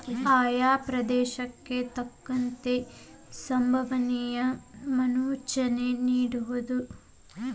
ಆಯಾ ಪ್ರದೇಶಕ್ಕೆ ತಕ್ಕಂತೆ ಸಂಬವನಿಯ ಮುನ್ಸೂಚನೆ ನಿಡುವುದು